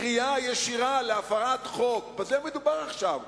קריאה ישירה להפרת חוק, בזה מדובר עכשיו.